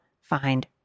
find